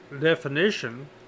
definition